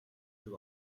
шиг